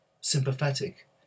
sympathetic